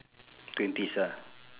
twenties ah